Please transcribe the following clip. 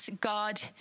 God